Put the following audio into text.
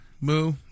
Moo